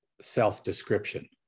self-description